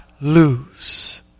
lose